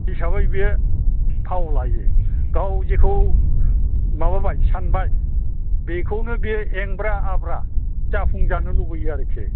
हिसाबै बियो फाव लायो गाव जेखौ माबाबाय सानबाय बिखौनो बे एमब्रा आब्रा जाफुंजानो लुबैयो आरोखि